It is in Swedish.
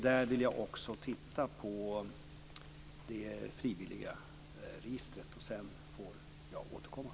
Därvid vill jag också titta på det frivilliga registret. Sedan får jag återkomma.